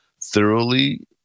thoroughly